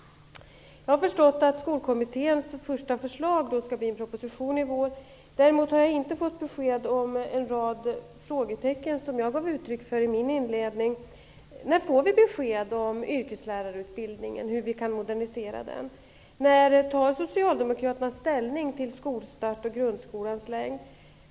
Jag har förstått att Skolkommitténs första förslag blir en proposition till våren. Men jag har inte fått besked på de punkter där jag har en rad frågetecken, något som jag i mitt anförande inledningsvis gav uttryck för. När får vi besked om yrkeslärarutbildningen och om hur den kan moderniseras? När tar Socialdemokraterna ställning till skolstarten och grundskolans längd?